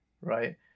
right